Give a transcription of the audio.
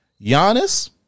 Giannis